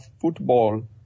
football